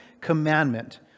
commandment